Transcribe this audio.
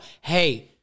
hey